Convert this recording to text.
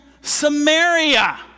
Samaria